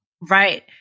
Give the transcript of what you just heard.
Right